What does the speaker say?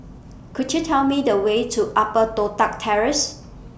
Could YOU Tell Me The Way to Upper Toh Tuck Terrace